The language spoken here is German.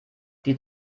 die